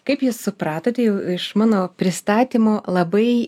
kaip jūs supratote jau iš mano pristatymo labai